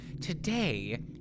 Today